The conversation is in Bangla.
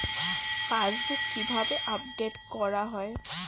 পাশবুক কিভাবে আপডেট করা হয়?